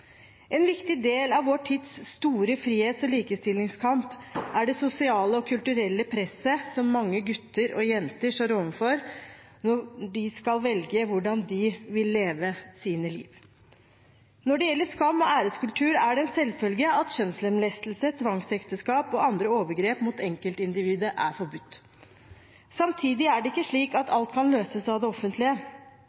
En viktig del av vår tids store frihets- og likestillingskamp er det sosiale og kulturelle presset som mange gutter og jenter står overfor når de skal velge hvordan de vil leve sine liv. Når det gjelder skam og æreskultur, er det en selvfølge at kjønnslemlestelse, tvangsekteskap og andre overgrep mot enkeltindividet er forbudt. Samtidig er det ikke slik at